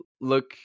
look